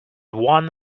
one